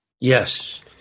yes